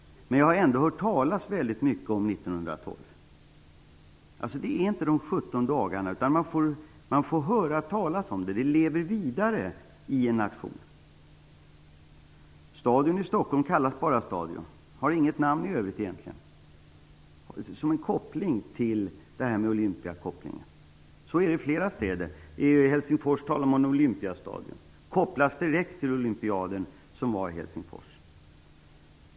Men jag har ändå hört talas väldigt mycket om 1912. Det är alltså inte bara fråga om de 17 dagarna, utan det talas om det, och det lever vidare i en nation. Stadion i Stockholm kallas bara Stadion och har inget annat namn i övrigt, och det är en koppling till olympiaden. Så är det i flera städer. I Helsingfors talar man om Olympiastadion, som kopplas direkt till den olympiad som var där.